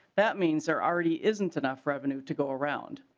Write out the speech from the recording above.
that means there already isn't enough revenue to go around.